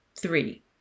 Three